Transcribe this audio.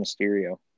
Mysterio